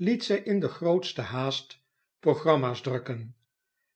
liet zij in de grootste haast programma's drukken